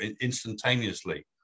instantaneously